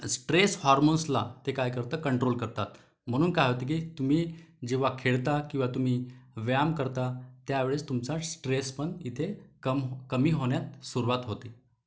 stress हार्मोन्सला ते काय करतं कंट्रोल करतात म्हणून काय होतं की तुम्ही जेव्हा खेळता किंवा तुम्ही व्यायाम करता त्यावेळेस तुमचा स्ट्रेस पण इथे कम कमी होण्यात सुरुवात होते